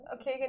okay